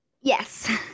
Yes